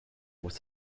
was